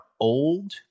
old